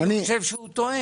אני חושב שהוא טועה.